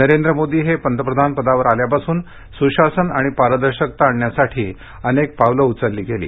नरेंद्र मोदी हे पंतप्रधान पदावर आल्यापासून सुशासन आणि पारदर्शकता आणण्यासाठी अनेक पावलं उचलली गेली